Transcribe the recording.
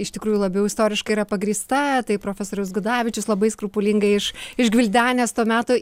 iš tikrųjų labiau istoriškai yra pagrįsta tai profesorius gudavičius labai skrupulingai iš išgvildenęs to meto